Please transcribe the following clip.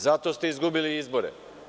Zato ste izgubili izbore.